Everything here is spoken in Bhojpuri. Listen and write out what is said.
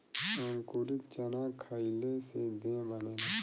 अंकुरित चना खईले से देह बनेला